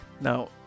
now